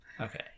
Okay